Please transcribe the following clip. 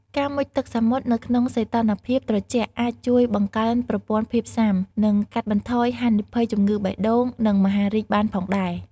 ការមុជទឹកសមុទ្រនៅក្នុងសីតុណ្ហភាពត្រជាក់អាចជួយបង្កើនប្រព័ន្ធភាពស៊ាំ និងកាត់បន្ថយហានិភ័យជំងឺបេះដូង និងមហារីកបានផងដែរ។